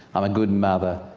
i'm a good mother,